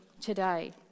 today